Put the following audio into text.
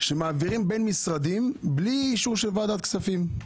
שמעבירים בין משרדים בלי אישור של ועדת הכספים.